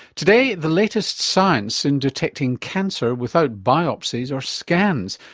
today, the latest science in detecting cancer without biopsies or scans,